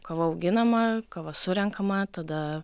kava auginama kava surenkama tada